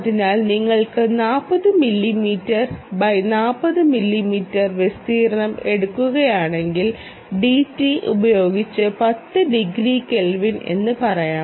അതിനാൽ നിങ്ങൾ 40 millimetre x 40 millimetre വിസ്തീർണ്ണം എടുക്കുകയാണെങ്കിൽ dT ഉപയോഗിച്ച് 10 ഡിഗ്രി കെൽവിൻ എന്ന് പറയാം